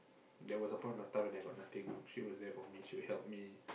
there was a point of time when I got nothing she was there for me she would help me